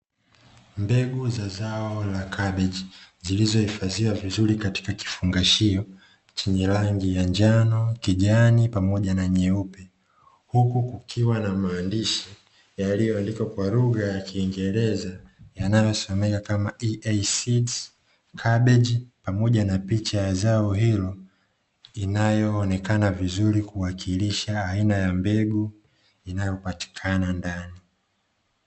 Mbegu za zao la kabejiZilizohifadhiwa vizuri katika kifungashio chenye rangi ya njano kijani pamoja na nyeupe huku kukiwa na maandishi yaliyo andikwa kwa luhga ya kiingereza yanayosomeka EA seeds pamoja na picha ya zao hilo inayoonekana vizuri kuwakilisha aina ya mbegu inayopatikana ndani.